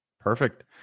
Perfect